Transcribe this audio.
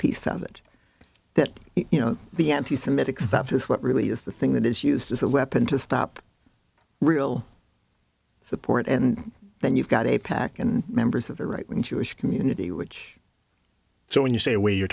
piece of it that you know the anti semitic stuff is what really is the thing that is used as a weapon to stop real support and then you've got a pac and members of the right wing jewish community which so when you say we're